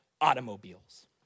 automobiles